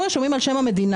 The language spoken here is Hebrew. הנכסים רשומים על שם המדינה.